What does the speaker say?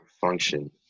function